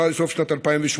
סוף שנת 2018,